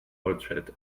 portrait